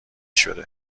شده